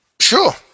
Sure